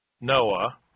Noah